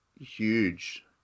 huge